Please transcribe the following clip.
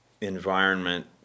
environment